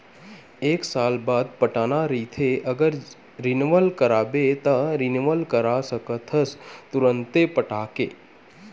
एक साल बाद पटाना रहिथे अगर रिनवल कराबे त रिनवल करा सकथस तुंरते पटाके